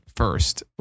first